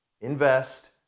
invest